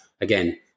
again